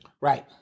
Right